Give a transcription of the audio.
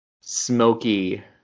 smoky